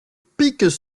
pics